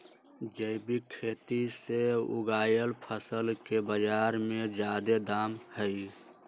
जैविक खेती से उगायल फसल के बाजार में जादे दाम हई